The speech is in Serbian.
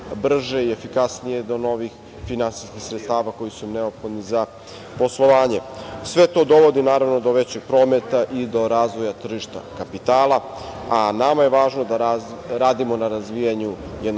i efikasnije do novih finansijskih sredstava koji su neophodni za poslovanje. Sve to dovodi do većeg prometa i do razvoja tržišta kapitala, a nama je važno da radimo na razvijanju jednog